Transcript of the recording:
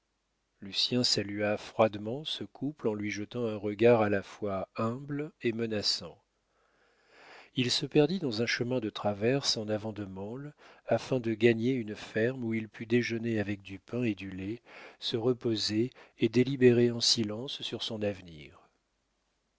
monsieur lucien salua froidement ce couple en lui jetant un regard à la fois humble et menaçant il se perdit dans un chemin de traverse en avant de mansle afin de gagner une ferme où il pût déjeuner avec du pain et du lait se reposer et délibérer en silence sur son avenir